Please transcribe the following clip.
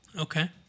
Okay